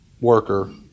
worker